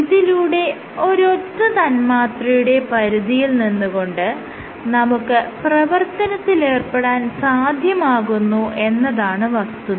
ഇതിലൂടെ ഒരൊറ്റ തന്മാത്രയുടെ പരിധിയിൽ നിന്ന് കൊണ്ട് നമുക്ക് പ്രവർത്തനത്തിലേർപ്പെടാൻ സാധ്യമാകുന്നു എന്നതാണ് വസ്തുത